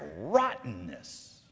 rottenness